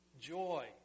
joy